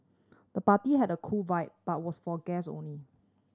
the party had a cool vibe but was for guest only